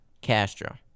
Castro